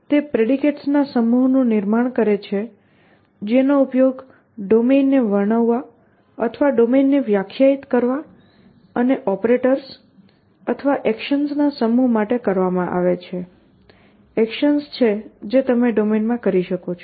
તે પ્રેડિકેટ્સના સમૂહનું નિર્માણ કરે છે જેનો ઉપયોગ ડોમેનને વર્ણવવા અથવા ડોમેનને વ્યાખ્યાયિત કરવા અને ઓપરેટર્સ અથવા એકશન્સના સમૂહ માટે કરવામાં આવે છે એકશન્સ છે જે તમે ડોમેનમાં કરી શકો છો